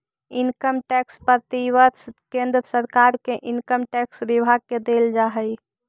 income tax प्रतिवर्ष केंद्र सरकार के इनकम टैक्स विभाग के देल जा हई